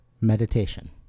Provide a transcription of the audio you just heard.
meditation